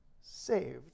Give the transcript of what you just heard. saved